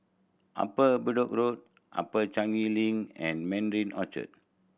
Upper Bedok Road Upper Changi Link and Mandarin Orchard